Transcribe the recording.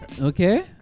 Okay